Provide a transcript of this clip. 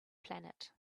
planet